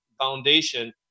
foundation